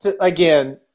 again